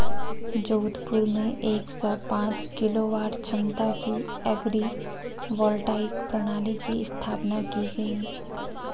जोधपुर में एक सौ पांच किलोवाट क्षमता की एग्री वोल्टाइक प्रणाली की स्थापना की गयी